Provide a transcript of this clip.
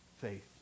faith